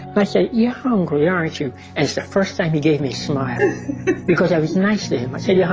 but i said, you're hungry, aren't you? and it's the first time he gave me a smile because i was nice to him i said, yeah